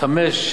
של 5%,